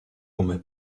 come